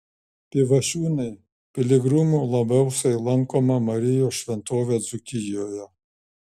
pivašiūnai piligrimų labiausiai lankoma marijos šventovė dzūkijoje